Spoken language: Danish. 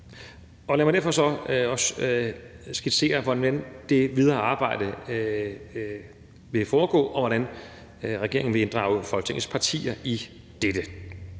Lad mig derfor også skitsere, hvordan det videre arbejde vil foregå, og hvordan regeringen vil inddrage Folketingets partier i dette.